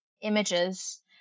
images